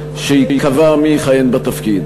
עד שייקבע מי יכהן בתפקיד.